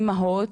אימהות,